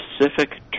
specific